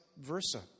versa